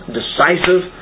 decisive